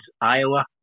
Iowa